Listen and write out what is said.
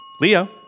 Leo